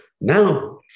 Now